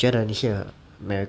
觉得你是额